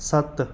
ਸੱਤ